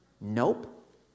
Nope